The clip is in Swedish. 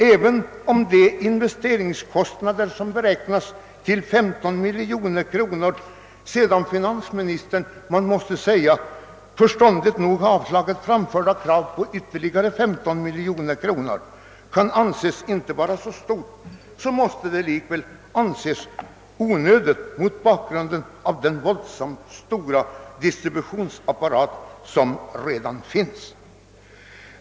även om investeringskostnaderna, som beräknas till 15 miljoner kronor sedan finansministern — förståndigt nog — avslagit framförda krav på investeringar för ytterligare 15 miljoner kronor, inte kan anses vara så höga, måste de likväl anses onödiga med hänsyn till den våldsamt stora distributionsapparat som redan finns.